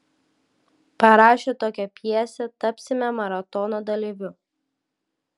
parašę tokią pjesę tapsime maratono dalyviu